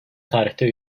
tarihte